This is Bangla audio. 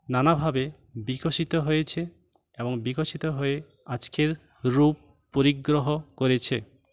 নানাভাবে বিকশিত হয়েছে এবং বিকশিত হয়ে আজকের রূপ পরিগ্রহ করেছে